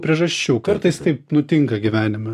priežasčių kartais taip nutinka gyvenime